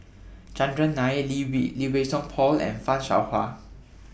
Chandran Nair Lee V Lee Wei Song Paul and fan Shao Hua